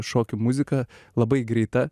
šokių muzika labai greita